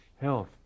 health